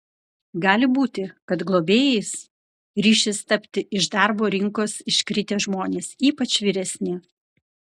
gali būti kad globėjais ryšis tapti iš darbo rinkos iškritę žmonės ypač vyresni